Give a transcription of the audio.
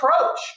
approach